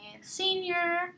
senior